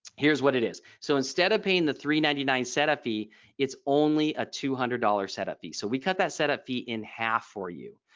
here's what it is. so instead of paying the three ninety-nine setup fee it's only a two hundred dollar setup. so we cut that setup fee in half for you.